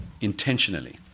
intentionally